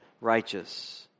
righteous